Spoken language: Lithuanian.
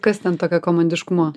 kas ten tokio komandiškumo